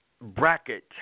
bracket